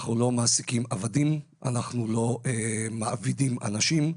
אנחנו לא מעסיקים עבדים, אנחנו לא מעבידים אנשים.